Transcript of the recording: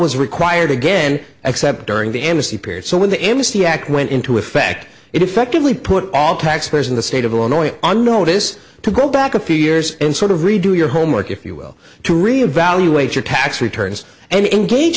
was required again except during the amnesty period so when the amnesty act went into effect it effectively put all taxpayers in the state of illinois on notice to go back a few years and sort of redo your homework if you will to re evaluate your tax returns and engage